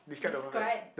describe